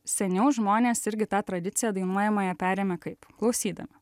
seniau žmonės irgi tą tradiciją dainuojamąją perėmė kaip klausydami